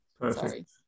Perfect